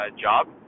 job